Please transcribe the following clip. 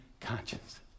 conscience